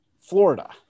Florida